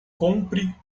compre